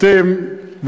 אתם,